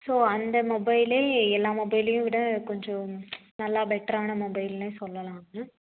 so அந்த மொபைலே எல்லா மொபைலையும் விட கொஞ்சம் நல்லா பெட்டரான மொபைல்னே சொல்லலாங்க